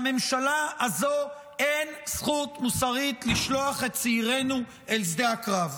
לממשלה הזו אין זכות מוסרית לשלוח את צעירינו אל שדה הקרב.